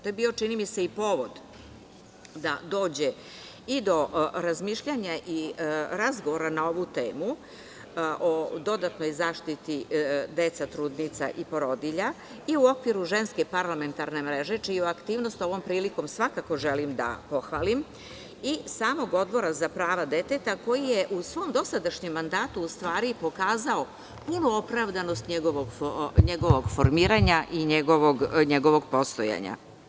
To je bio čini mi se i povod da dođe i do razmišljanja i razgovora na ovu temu o dodatnoj zaštiti dece, trudnica i porodilja i u okviru Ženske parlamentarne mreže, čiju aktivnost ovom prilikom svakako želim da pohvalim i samog Odbora za prava deteta koji je u svom dosadašnjem mandatu u stvari pokazao punu opravdanost njegovog formiranja i njegovog postojanja.